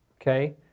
okay